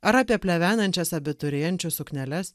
ar apie plevenančias abiturienčių sukneles